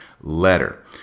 letter